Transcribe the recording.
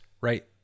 right